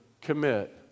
commit